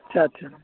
اچھا اچھا